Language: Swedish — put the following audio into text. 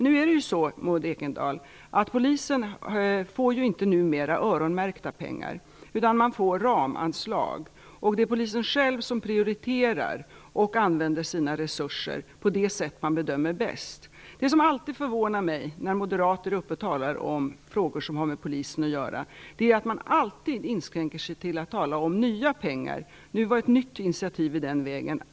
Nu är det så, Maud Ekendahl, att polisen numera inte får öronmärkta pengar utan ramanslag. Det är polisen som prioriterar och använder sina resurser på det sätt man bedömer är bäst. Det som alltid förvånar mig när moderater talar om frågor som har med polisen att göra är att de alltid inskränker sig till att tala om nya pengar. Allmänna arvsfonden var ett nytt initiativ i den vägen.